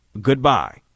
Goodbye